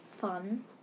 Fun